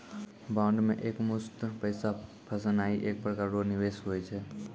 bond मे एकमुस्त पैसा फसैनाइ एक प्रकार रो निवेश हुवै छै